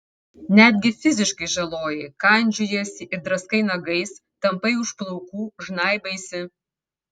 netgi fiziškai žaloji kandžiojiesi ir draskai nagais tampai už plaukų žnaibaisi